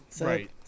Right